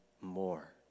more